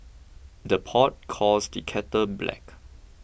the pot calls the kettle black